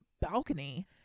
balcony